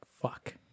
fuck